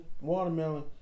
watermelon